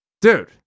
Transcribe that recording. Dude